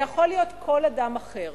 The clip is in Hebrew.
זה יכול להיות כל אדם אחר.